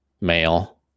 male